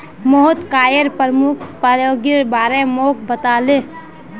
Mohit coir प्रमुख प्रयोगेर बारे मोक बताले